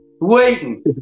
waiting